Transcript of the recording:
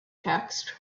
text